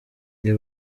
ibi